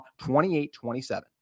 28-27